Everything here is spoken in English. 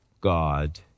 God